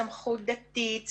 סמכות דתית,